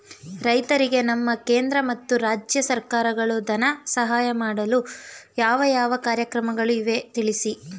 ರೈತರಿಗೆ ನಮ್ಮ ಕೇಂದ್ರ ಮತ್ತು ರಾಜ್ಯ ಸರ್ಕಾರಗಳು ಧನ ಸಹಾಯ ಮಾಡಲು ಯಾವ ಯಾವ ಕಾರ್ಯಕ್ರಮಗಳು ಇವೆ ತಿಳಿಸಿ?